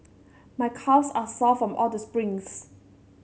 my calves are sore from all the sprints